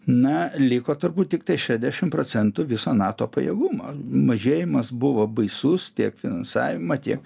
na liko turbūt tiktai šedešim procentų viso nato pajėgumo mažėjimas buvo baisus tiek finansavimą tiek